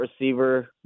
receiver